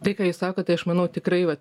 tai ką jūs sakote aš manau tikrai va